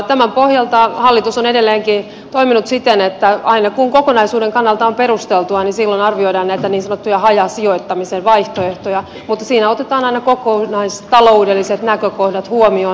tämän pohjalta hallitus on edelleenkin toiminut siten että aina kun kokonaisuuden kannalta on perusteltua silloin arvioidaan näitä niin sanottuja hajasijoittamisen vaihtoehtoja mutta siinä otetaan aina kokonaistaloudelliset näkökohdat huomioon